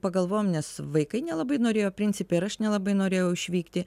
pagalvojom nes vaikai nelabai norėjo principe ir aš nelabai norėjau išvykti